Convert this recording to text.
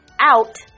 out